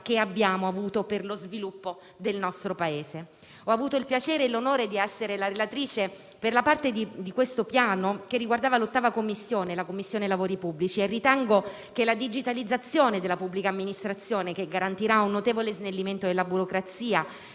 che abbiamo avuto per lo sviluppo del nostro Paese. Ho avuto il piacere e l'onore di essere la relatrice per la parte di questo Piano che riguarda l'8a Commissione, la Commissione lavori pubblici, e ritengo che la digitalizzazione della pubblica amministrazione, che garantirà un notevole snellimento della burocrazia,